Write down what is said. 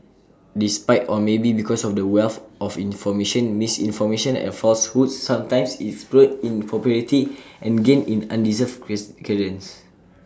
despite or maybe because of the wealth of information misinformation and falsehoods sometimes explode in popularity and gain undeserved credence